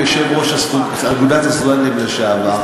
יושב-ראש אגודת הסטודנטים לשעבר,